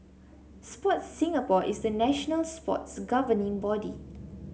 Sport Singapore is the national sports governing body